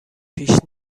پیش